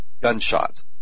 gunshots